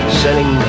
selling